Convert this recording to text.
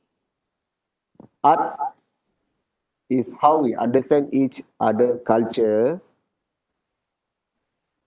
art is how we understand each other culture